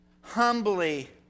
humbly